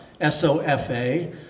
S-O-F-A